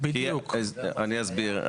אני אסביר.